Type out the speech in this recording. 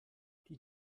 die